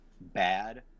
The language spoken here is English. bad